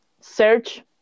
search